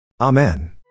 Amen